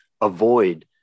avoid